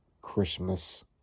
Christmas